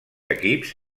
equips